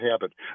habit